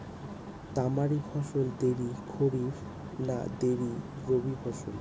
তামারি ফসল দেরী খরিফ না দেরী রবি ফসল?